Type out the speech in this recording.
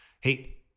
hey